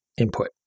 input